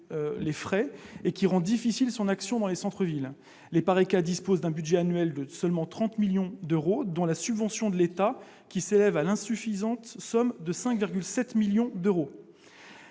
les frais et qui rendent difficiles son action dans les centres-villes. L'EPARECA dispose d'un budget annuel de seulement 30 millions d'euros, dont une subvention de l'État s'élevant à l'insuffisante somme de 5,7 millions d'euros.